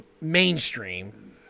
mainstream